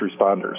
responders